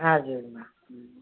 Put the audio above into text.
ஆ சரிம்மா